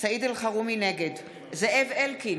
נגד זאב אלקין,